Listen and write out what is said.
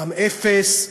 מע"מ אפס,